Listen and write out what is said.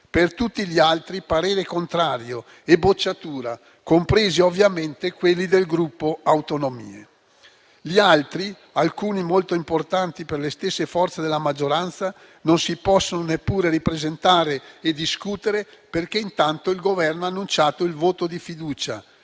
Per tutti gli altri, parere contrario e bocciatura, compresi ovviamente quelli del Gruppo per le Autonomie. Gli altri, alcuni molto importanti per le stesse forze della maggioranza, non si possono neppure ripresentare e discutere, perché intanto il Governo ha annunciato il voto di fiducia,